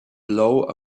blow